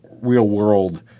real-world